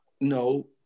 no